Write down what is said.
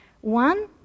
one